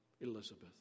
Elizabeth